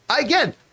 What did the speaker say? Again